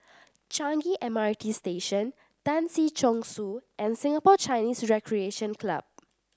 Changi M R T Station Tan Si Chong Su and Singapore Chinese Recreation Club